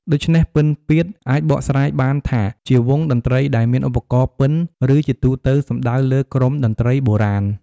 ដូច្នេះ "ពិណពាទ្យ" អាចបកស្រាយបានថាជា "វង់តន្ត្រីដែលមានឧបករណ៍ពិណ" ឬជាទូទៅសំដៅទៅលើក្រុមតន្ត្រីបុរាណ។